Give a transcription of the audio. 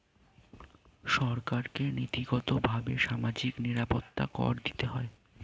সরকারকে নীতিগতভাবে সামাজিক নিরাপত্তা কর দিতে হয়